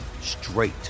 straight